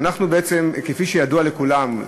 כפי שידוע לכולם,